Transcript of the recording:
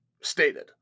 stated